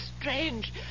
strange